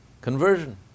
conversion